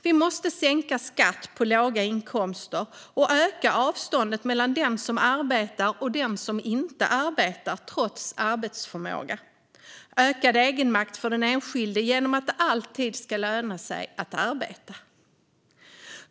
Vi måste sänka skatten på låga inkomster och öka avståndet mellan den som arbetar och den som trots arbetsförmåga inte arbetar. Och egenmakten för den enskilde ska öka genom att det alltid ska löna sig att arbeta.